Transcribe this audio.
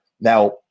Now